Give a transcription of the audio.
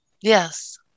Yes